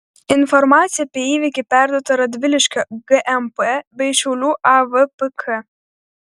informacija apie įvykį perduota radviliškio gmp bei šiaulių avpk